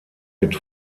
mit